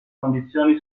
condizioni